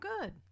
good